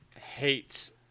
hates